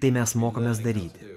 tai mes mokomės daryti